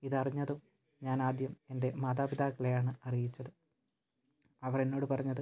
ഇതറിഞ്ഞതും ഞാനാദ്യം എന്റെ മാതാപിതാക്കളെയാണ് അറിയിച്ചത് അവരെന്നോട് പറഞ്ഞത്